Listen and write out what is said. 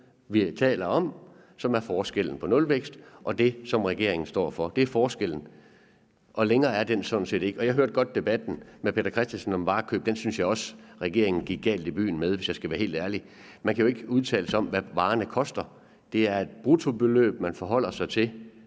vi taler om, som er forskellen på nulvækst og det, som regeringen står for – det er forskellen. Og længere er den sådan set ikke. Jeg hørte godt debatten med hr. Peter Christensen om varekøb, og den synes jeg også regeringen gik galt i byen med, hvis jeg skal være helt ærlig. Man kan jo ikke udtale sig om, hvad varerne koster. Det er et bruttobeløb, man forholder sig til,